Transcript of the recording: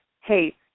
hey